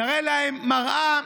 נראה להם מראה,